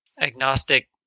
agnostic